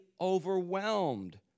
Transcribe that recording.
overwhelmed